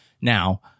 Now